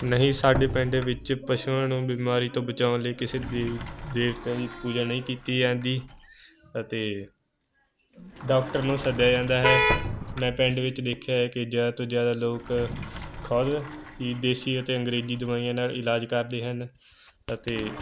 ਨਹੀਂ ਸਾਡੇ ਪਿੰਡ ਵਿੱਚ ਪਸ਼ੂਆਂ ਨੂੰ ਬਿਮਾਰੀ ਤੋਂ ਬਚਾਉਣ ਲਈ ਕਿਸੇ ਦੀ ਦੇਵਤਿਆਂ ਦੀ ਪੂਜਾ ਨਹੀਂ ਕੀਤੀ ਜਾਂਦੀ ਅਤੇ ਡਾਕਟਰ ਨੂੰ ਸੱਦਿਆ ਜਾਂਦਾ ਹੈ ਮੈਂ ਪਿੰਡ ਵਿੱਚ ਦੇਖਿਆ ਕਿ ਜਿਆਦਾ ਤੋਂ ਜਿਆਦਾ ਲੋਕ ਖੁਦ ਈ ਦੇਸੀ ਅਤੇ ਅੰਗਰੇਜ਼ੀ ਦਵਾਈਆਂ ਨਾਲ ਇਲਾਜ ਕਰਦੇ ਹਨ ਅਤੇ